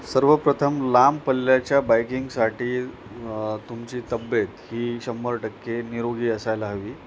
सर्वप्रथम लांब पल्याच्या बाईकिंगसाठी तुमची तब्बेत ही शंभर टक्के निरोगी असायला हवी